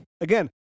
Again